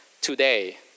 today